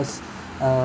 uh